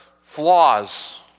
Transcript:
flaws